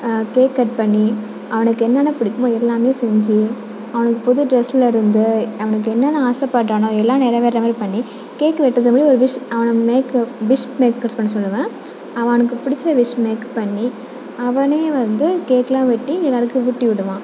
cake cut பண்ணி அவனுக்கு என்னென்ன பிடிக்குமோ எல்லாமே செஞ்சு அவனுக்கு புது ட்ரெஸ்சில் இருந்து அவனுக்கு என்னென்ன ஆசைப்பட்றானோ எல்லாம் நிறைவேற்ற மாதிரி பண்ணி கேக்கு வெட்டுதை அப்படியே ஒரு விஷ் அவனை மேக்கு விஷ் மேக்கர்ஸ் பண்ண சொல்லுவேன் அவனுக்கு பிடிச்ச விஷ் மேக் பண்ணி அவனே வந்து கேக்யெலாம் வெட்டி எல்லாேருக்கும் ஊட்டி விடுவான்